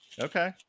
Okay